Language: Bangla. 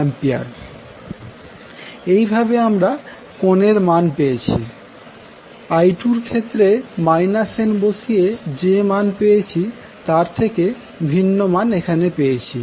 I2এর ক্ষেত্রে n বসিয়ে যে মান পেয়েছি তার থেকে ভিন্ন মান এখানে পেয়েছি